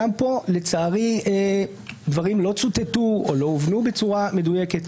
גם פה לצערי דברים לא צוטטו או לא הובנו בצורה מדויקת,